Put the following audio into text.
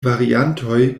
variantoj